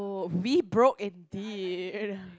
oh we broke indeed